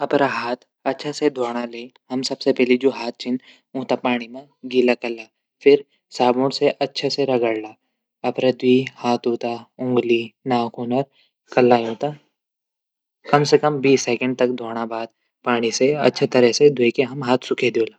अपड हाथ अछा से धोणू ले हम सबसे पैली अपड जू हाथ छन ऊंथै सबसे पैली पाणी मा गिला कला। फिर साबुन से अच्छा से रगडला। अपड दिवई हाथो से उंगली नाखून कलाईयों तै कम से कम बीस सेकेंड तक धोणा बाद। पाणी से अच्छा तरीका से धोणा बाद सुखे दियोला।